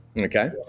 Okay